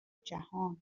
جهان